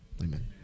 Amen